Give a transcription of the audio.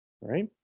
right